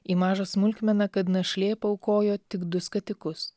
į mažą smulkmeną kad našlė paaukojo tik du skatikus